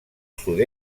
sud